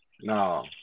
No